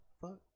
Fuck